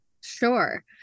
Sure